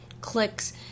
clicks